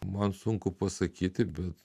man sunku pasakyti bet